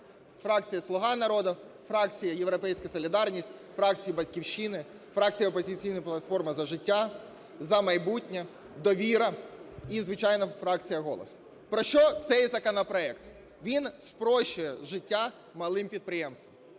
фракції "Слуга народу", фракції "Європейська солідарність", фракції "Батьківщина", фракція "Опозиційна платформа - За життя", "За майбутнє", "Довіра" і, звичайно, фракція "Голос". Про що цей законопроект. Він спрощує життя малим підприємцям.